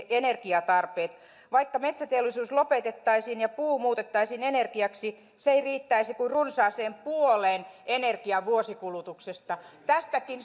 energiatarpeet mutta vaikka metsäteollisuus lopetettaisiin ja puu muutettaisiin energiaksi se ei riittäisi kuin runsaaseen puoleen energian vuosikulutuksesta tästäkin